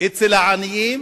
בקרב העניים